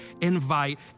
invite